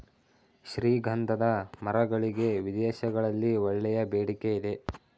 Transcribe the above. ಶ್ರೀಗಂಧದ ಮರಗಳಿಗೆ ವಿದೇಶಗಳಲ್ಲಿ ಒಳ್ಳೆಯ ಬೇಡಿಕೆ ಇದೆ